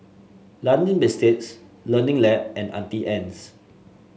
London Biscuits Learning Lab and Auntie Anne's